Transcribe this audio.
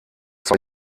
zwei